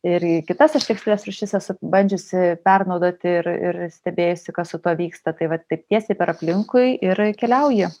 ir kitas aš tekstilės rūšis esu bandžiusi pernaudoti ir ir stebėjusi kas su pavyksta tai vat taip tiesiai per aplinkui ir keliauji